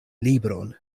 libron